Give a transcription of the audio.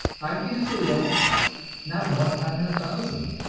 i can't say that not one time in a thousand.